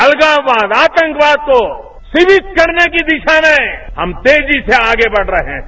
अलगाववाद आतंकवाद को सिविक करने की दिशा में हम तेजी से आगे बढ़ रहे हैं